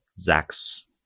Zach's